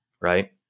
right